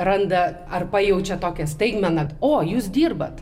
randa ar pajaučia tokią staigmeną o jūs dirbat